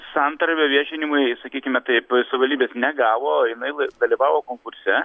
santarvė viešinimui sakykime taip iš savivaldybės negavo o jinai dalyvavo konkurse